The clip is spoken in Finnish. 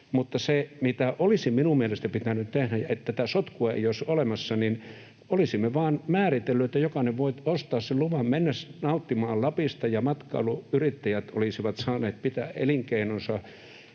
se, mitä olisi minun mielestäni pitänyt tehdä, että tätä sotkua ei olisi olemassa, on, että olisimme vain määritelleet, että jokainen voi ostaa sen luvan, mennä nauttimaan Lapista ja matkailuyrittäjät olisivat saaneet pitää elinkeinonsa,